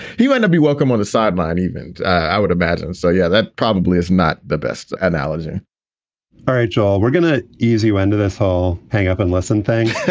you and to be welcome on the sideline even i would imagine so. yeah, that probably is not the best analogy all right, josh, we're gonna easy end of this hall. hang up and listen thanks.